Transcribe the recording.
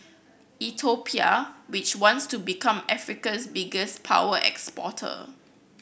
Ethiopia which wants to become Africa's biggest power exporter